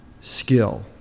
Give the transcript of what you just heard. skill